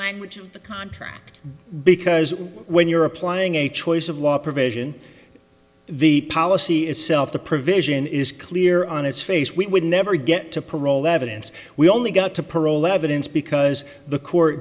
language of the contract because when you're applying a choice of law provision the policy itself the provision is clear on its face we would never get to parole that evidence we only got to parole levin's because the court